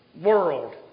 world